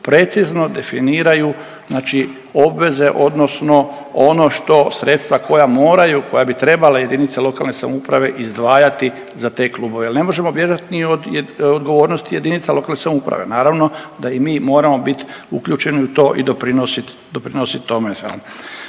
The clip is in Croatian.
precizno definiraju znači obveze odnosno ono što sredstva koja moraju, koja bi trebala jedinice lokalne samouprave izdvajati za te klubove jer ne možemo bježati ni od odgovornosti jedinica lokalne samouprave. Naravno da i mi moramo biti uključeni u to i doprinositi tome.